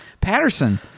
Patterson